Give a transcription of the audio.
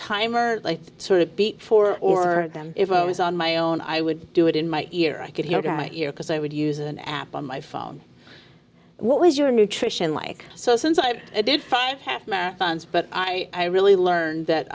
timer sort of beat four or them if i was on my own i would do it in my ear i could hear that year because i would use an app on my phone what was your nutrition like so since i did five half marathons but i really learned that